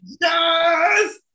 Yes